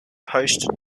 post